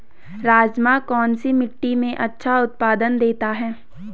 राजमा कौन सी मिट्टी में अच्छा उत्पादन देता है?